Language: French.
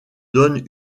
donnent